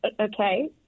Okay